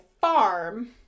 farm